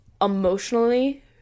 emotionally